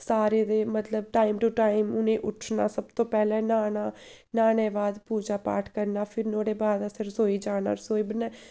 सारें दे मतलब टाइम टू टाइम उ'नें उट्ठना सब तों पैह्लें न्हाना न्हाने बाद पूजा पाठ करना फिर नुआढ़े बाद असें रसोई जाना रसोई